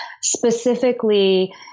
specifically